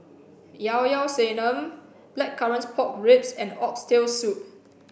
Llao Llao sanum blackcurrant pork ribs and oxtail soup